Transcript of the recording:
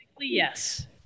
yes